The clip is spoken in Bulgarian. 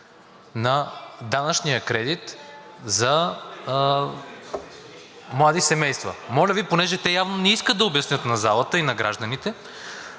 на данъчния кредит за млади семейства. Моля Ви, понеже те явно не искат да обяснят на залата и на гражданите,